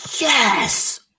Yes